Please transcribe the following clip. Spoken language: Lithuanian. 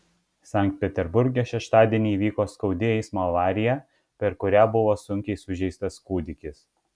sankt peterburge šeštadienį įvyko skaudi eismo avarija per kurią buvo sunkiai sužeistas kūdikis